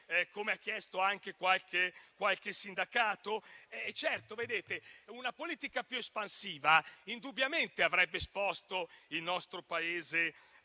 come ha chiesto anche qualche sindacato? Vedete, una politica più espansiva indubbiamente avrebbe esposto il nostro Paese a una